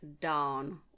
down